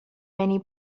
many